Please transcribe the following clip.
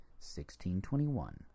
1621